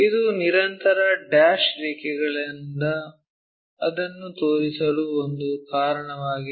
ಇದು ನಿರಂತರ ಡ್ಯಾಶ್ ರೇಖೆಗಳಿಂದ ಅದನ್ನು ತೋರಿಸಲು ಒಂದು ಕಾರಣವಾಗಿದೆ